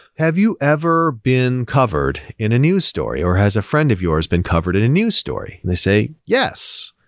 have you ever been covered in a news story or has a friend of yours been covered in a news story? they say, yes.